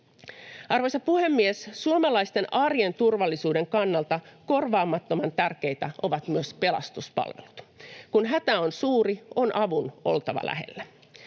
Arvoisa puhemies! Suomalaisten arjen turvallisuuden kannalta korvaamattoman tärkeitä ovat myös pelastuspalvelut. Kun hätä on suuri, on avun oltava lähellä.